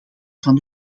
van